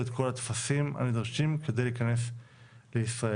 את כל הטפסים הנדרשים כדי להיכנס לישראל.